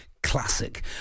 classic